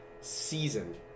season